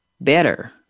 better